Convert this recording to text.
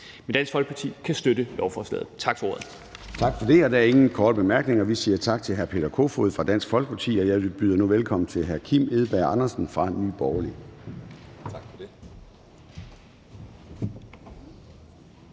Men Dansk Folkeparti kan støtte lovforslaget. Tak for ordet. Kl. 13:30 Formanden (Søren Gade): Tak for det. Der er ingen korte bemærkninger. Vi siger tak til hr. Peter Kofod fra Dansk Folkeparti, og jeg byder nu velkommen til hr. Kim Edberg Andersen fra Nye Borgerlige.